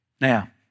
Now